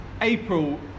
April